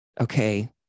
okay